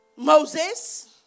Moses